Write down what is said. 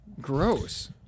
Gross